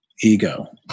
ego